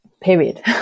period